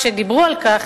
כשדיברו על כך,